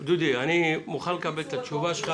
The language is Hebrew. דודי, אני מוכן לקבל את התשובה שלך